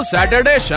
Saturday